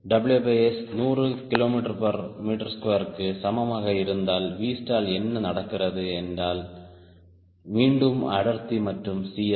WS 100 kgm2க்கு சமமாக இருந்தால் Vstall என்ன நடக்கிறது என்றால் மீண்டும் அடர்த்தி மற்றும் CL